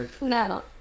No